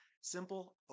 simple